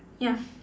ya